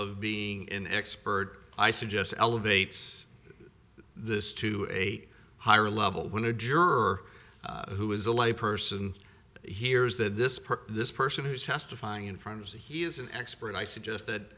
of being in expert i suggest elevates this to a higher level when a juror who is a lay person hears that this park this person who's testifying in front of say he is an expert i suggest that